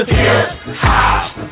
hip-hop